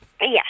Yes